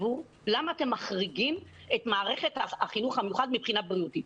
לציבור למה אתם מחריגים את מערכת החינוך המיוחד מבחינה בריאותית.